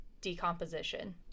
decomposition